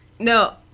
No